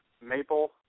maple